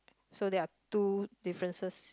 so there are two differences